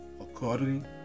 according